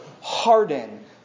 harden